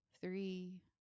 three